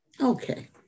Okay